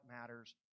matters